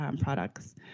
products